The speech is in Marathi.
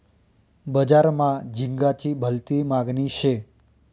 बजार मा झिंगाची भलती मागनी शे